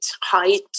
height